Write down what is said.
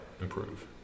improve